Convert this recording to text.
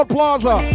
Plaza